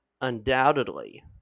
undoubtedly